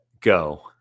go